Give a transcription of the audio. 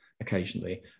occasionally